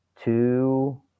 two